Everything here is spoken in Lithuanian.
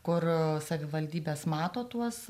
kur savivaldybės mato tuos